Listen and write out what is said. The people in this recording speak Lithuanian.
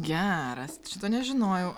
geras šito nežinojau